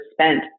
spent